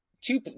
two